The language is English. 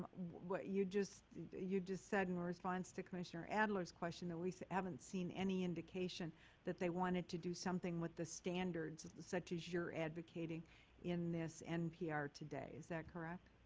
what you just you just said in response to commissioner adler's question that we so haven't seen any indication that they wanted to do something with the standard such as you're advocating in this npr today. is that correct?